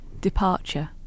departure